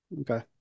Okay